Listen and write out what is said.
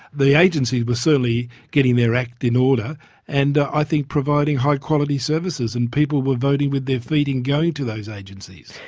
the agencies were certainly getting their act in order and i think providing high quality services. and people were voting with their feet in going to those agencies.